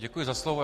Děkuji za slovo.